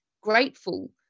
grateful